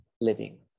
living